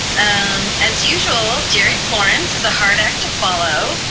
um as usual, jeri lawrence is a hard act to follow.